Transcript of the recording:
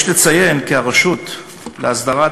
יש לציין כי הרשות להסדרת